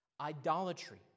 Idolatry